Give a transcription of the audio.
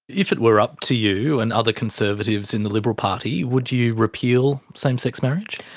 if it were up to you and other conservatives in the liberal party would you repeal same sex marriage?